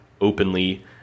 openly